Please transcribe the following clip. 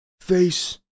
Face